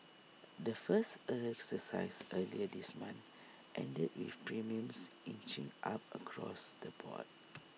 the first exercise earlier this month ended with premiums inching up across the board